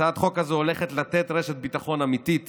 הצעת החוק הזו הולכת לתת רשת ביטחון אמיתית